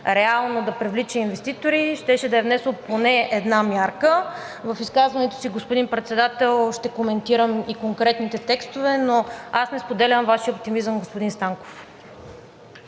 реално да привлича инвеститори, щеше да е внесло поне една мярка. В изказването си, господин Председател, ще коментирам и конкретните текстове. Не споделям Вашия оптимизъм, господин Станков.